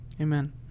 Amen